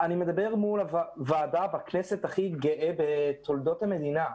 אני מדבר בוועדת הכנסת הכי גאה בתולדות המדינה,